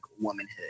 womanhood